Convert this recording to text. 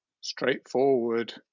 straightforward